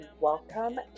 Welcome